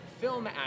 film